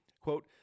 Quote